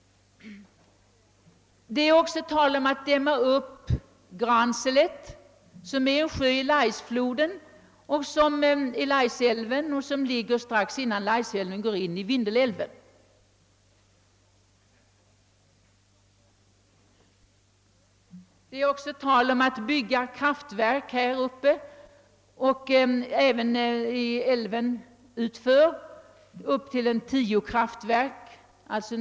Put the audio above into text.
Det är också tal om att dämma upp Granselet, som är en sjö i Laisälven strax innan Laisälven förenar sig med Vindelälven. Det finns vidare planer på att bygga ända upp till tio kraftverk här uppe och längre ned i älven.